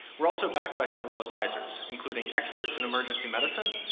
we're also backed by several advisors, including experts in emergency medicine,